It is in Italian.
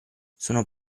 sono